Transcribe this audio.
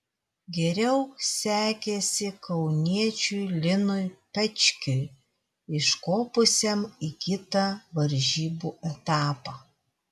geriau sekėsi kauniečiui linui pečkiui iškopusiam į kitą varžybų etapą